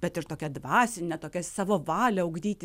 bet ir tokia dvasine tokia savo valią ugdyti